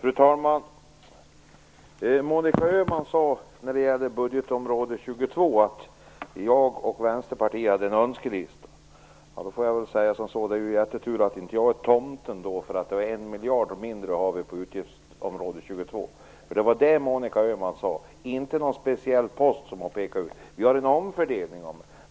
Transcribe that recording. Fru talman! Monica Öhman sade angående budgetområde 22 att jag och Vänsterpartiet hade en önskelista. Det är tur att inte jag är tomten, eftersom vi har en miljard mindre för utgiftsområde 22. Detta var vad Monica Öhman sade, och hon pekade inte ut någon speciell post. Vi föreslår en omfördelning,